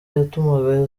yatumaga